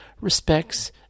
respects